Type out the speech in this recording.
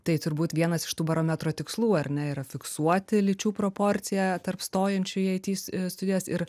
tai turbūt vienas iš tų barometro tikslų ar ne yra fiksuoti lyčių proporciją tarp stojančiųjų į it studijas ir